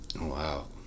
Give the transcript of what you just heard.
Wow